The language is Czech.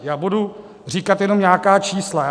Já budu říkat jenom nějaká čísla.